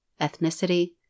ethnicity